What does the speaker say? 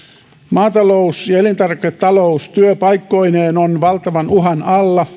maatalous ja ja elintarviketalous työpaikkoineen on valtavan uhan alla